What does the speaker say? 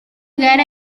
lugar